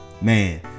man